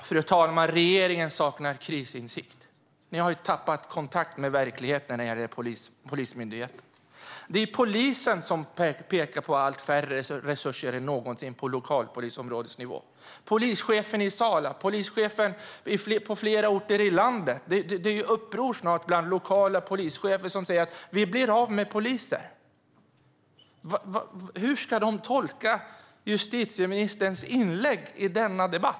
Fru talman! Regeringen saknar krisinsikt. Ni har tappat kontakten med verklighetens polismyndighet. Det är polisen som pekar på allt färre resurser än någonsin på lokalpolisområdesnivå. Polischefen i Sala och polischefer på flera andra orter i landet hävdar att det är uppror. De säger att de blir av med poliser. Hur ska de tolka justitieministerns inlägg i denna debatt?